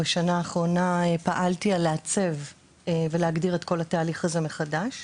בשנה האחרונה פעלתי כדי לעצב ולהגדיר את כל התהליך הזה מחדש,